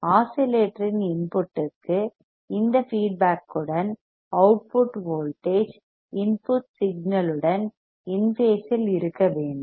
ஆஸிலேட்டரின் இன்புட் க்கு இந்த ஃபீட்பேக் உடன் அவுட்புட் வோல்டேஜ் இன்புட் சிக்னல் உடன் இன் பேஸ் இல் இருக்க வேண்டும்